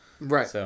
Right